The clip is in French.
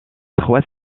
trois